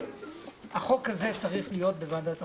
החוק הזה צריך להיות בוועדת החוקה.